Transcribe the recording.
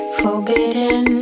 forbidden